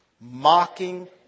mocking